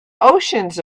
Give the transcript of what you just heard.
oceans